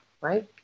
right